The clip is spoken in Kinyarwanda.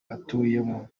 atuyemo